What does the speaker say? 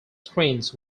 screenings